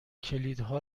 کلیدها